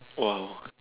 !wow!